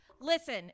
Listen